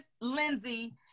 Lindsay